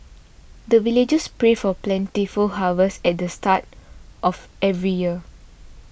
the villagers pray for plentiful harvest at the start of every year